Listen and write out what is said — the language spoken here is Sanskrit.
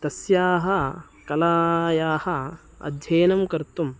तस्याः कलायाः अध्ययनं कर्तुं